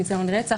ניסיון רצח.